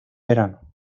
verano